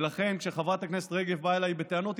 ולכן כשחברת הכנסת רגב באה אליי בטענות,